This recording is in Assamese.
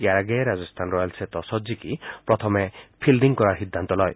ইয়াৰ আগেয়ে ৰাজস্থান ৰয়েলছে টছত জিকি প্ৰথমে ফিল্ডিং কৰাৰ সিদ্ধান্ত লয়